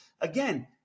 Again